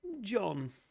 John